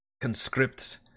conscript